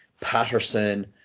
Patterson